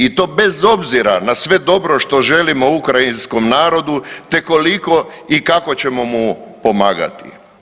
I to, i to bez obzira na sve dobro što želimo ukrajinskom narodu te koliko i kako ćemo mu pomagati.